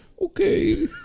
Okay